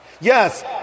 Yes